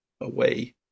away